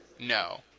No